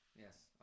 Yes